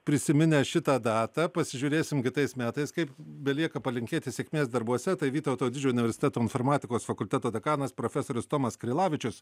prisiminę šitą datą pasižiūrėsim kitais metais kaip belieka palinkėti sėkmės darbuose tai vytauto didžiojo universiteto informatikos fakulteto dekanas profesorius tomas krilavičius